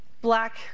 black